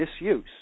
misuse